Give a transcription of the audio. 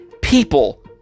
People